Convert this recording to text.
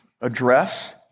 address